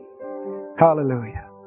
Hallelujah